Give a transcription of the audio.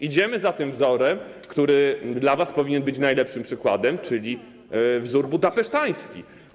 Idziemy za tym wzorem, który dla was powinien być najlepszym przykładem, czyli wzorem budapesztańskim.